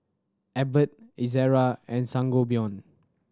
Abbott Ezerra and Sangobion